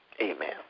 Amen